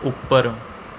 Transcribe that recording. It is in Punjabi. ਉੱਪਰ